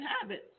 habits